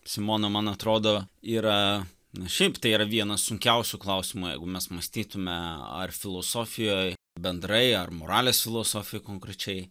simona man atrodo yra na šiaip tai yra vienas sunkiausių klausimų jeigu mes mąstytume ar filosofijoj bendrai ar moralės filosofija konkrečiai